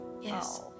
Yes